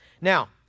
Now